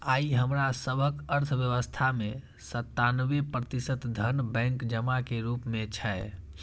आइ हमरा सभक अर्थव्यवस्था मे सत्तानबे प्रतिशत धन बैंक जमा के रूप मे छै